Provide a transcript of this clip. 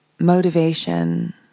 Motivation